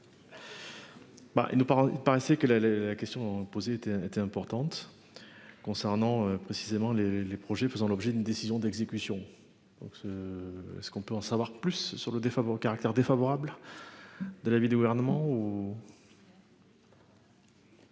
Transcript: il ne paraissait que la la la question posée était était importante. Concernant précisément les les projets faisant l'objet d'une décision d'exécution donc ce, ce qu'on peut en savoir plus sur le défaveur caractère défavorable. De l'avis du gouvernement